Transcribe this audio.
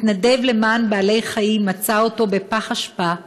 מתנדב למען בעלי-חיים מצא אותו בפח אשפה,